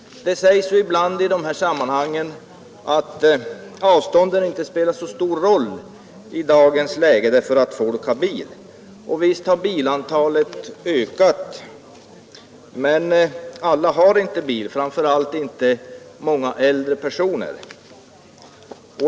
Det sägs ju ibland i dessa sammanhang att avstånden inte spelar så stor roll i dagens läge därför att folk har bil. Och visst har bilantalet ökat, men alla har inte bil, framför allt inte många äldre personer.